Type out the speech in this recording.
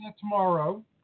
tomorrow